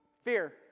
Fear